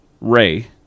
Ray